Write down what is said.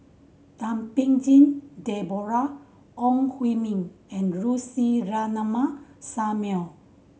Thum Ping Tjin Deborah Ong Hui Min and Lucy Ratnammah Samuel